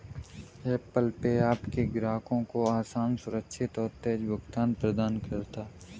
Apple Pay आपके ग्राहकों को आसान, सुरक्षित और तेज़ भुगतान प्रदान करता है